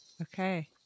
Okay